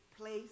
place